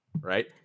right